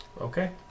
Okay